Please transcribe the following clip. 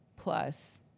Plus